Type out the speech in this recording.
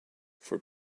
for